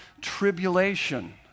tribulation